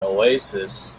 oasis